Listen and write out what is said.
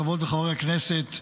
חברות וחברי הכנסת,